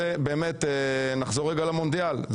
נחזור רגע למונדיאל.